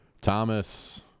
Thomas